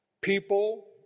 People